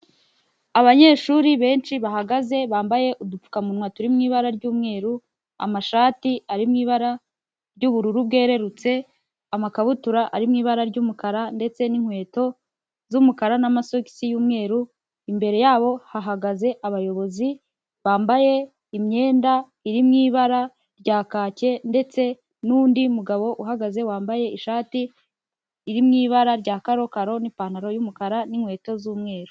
Abanyeshuri benshi bahagaze bambaye udupfukamuwa turi mu ibara ry'umweru, amashati ari mu ibara ry'ubururu bwererutse, amakabutura ari mu ibara ry'umukara ndetse n'inkweto z'umukara n'amasogisi y'umweru, imbere yabo hahagaze abayobozi bambaye imyenda iri mu ibara rya kake ndetse n'undi mugabo uhagaze wambaye ishati iri mu ibara rya karokaro n'ipantaro y'umukara n'inkweto z'umweru.